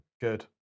Good